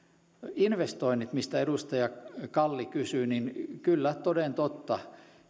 investoinneissa mistä edustaja kalli kysyi kyllä toden totta